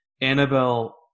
Annabelle